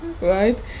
right